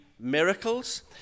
miracles